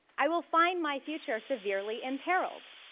i will find my future severely imperiled.